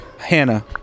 Hannah